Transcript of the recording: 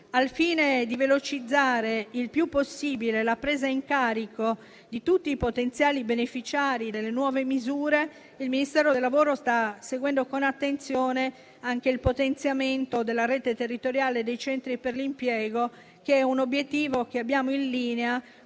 Al fine di velocizzare il più possibile la presa in carico di tutti i potenziali beneficiari delle nuove misure, il Ministero del lavoro sta seguendo con attenzione anche il potenziamento della rete territoriale dei centri per l'impiego, che è un obiettivo che abbiamo in linea